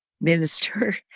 minister